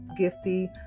Gifty